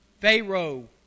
Pharaoh